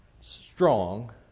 strong